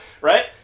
right